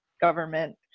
government